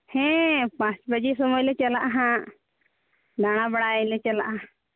ᱦᱮᱸ ᱯᱟᱸᱪ ᱵᱟᱡᱮ ᱥᱚᱢᱚᱭᱞᱮ ᱪᱟᱞᱟᱜᱼᱟ ᱦᱟᱸᱜ ᱫᱟᱬᱟ ᱵᱟᱲᱟᱭ ᱞᱮ ᱪᱟᱞᱟᱜᱼᱟ